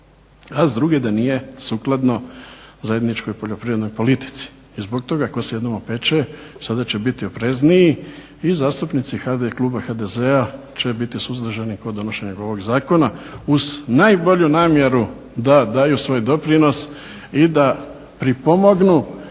a s druge da nije sukladno zajedničkoj poljoprivrednoj politici i zbog toga tko se jednom opeče, sada će biti oprezniji i zastupnici kluba HDZ-a će biti suzdržani kod donošenja ovog zakona uz najbolju namjeru da daju svoj doprinos i da pripomognu